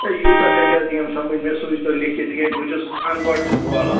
A یوٗتاہ کَتہِ حظ یِیَم سَمٕجھ مےٚ سوٗزۍتو لیٚکھِتھ تِکیٛازِ بہٕ چھُس اَن پڑھ چھُس والا